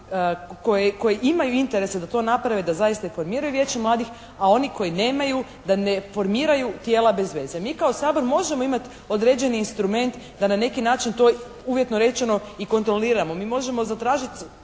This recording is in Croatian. koji imaju interesa da to naprave, da zaista informiraju Vijeće mladih a oni koji nemaju da ne formiraju tijela bez veze. Mi kao Sabor možemo imati određeni instrument da na neki način to uvjetno rečeno i kontroliramo. Mi možemo zatražiti